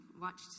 watched